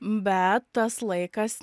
bet tas laikas